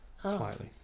Slightly